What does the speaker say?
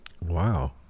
Wow